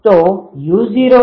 તો u0 એ k0d છે